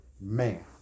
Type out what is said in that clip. Man